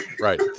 Right